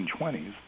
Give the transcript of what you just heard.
1920s